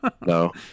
No